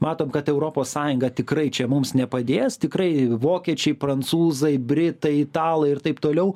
matom kad europos sąjunga tikrai čia mums nepadės tikrai vokiečiai prancūzai britai italai ir taip toliau